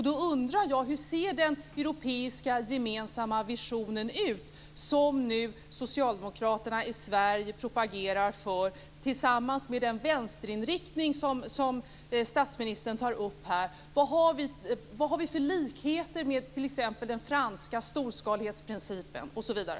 Då undrar jag: Hur ser den gemensamma europeiska vision ut som socialdemokraterna i Sverige propagerar för tillsammans med de vänsterinriktade regeringar som statsministern tar upp här? Vad har vi för likheter med t.ex. den franska storskalighetsprincipen osv.?